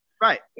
Right